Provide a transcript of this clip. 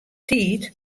tiid